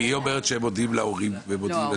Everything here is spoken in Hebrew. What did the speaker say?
כי היא אומרת שהם מודעים להורים ומודיעים,